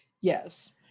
Yes